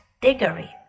diggory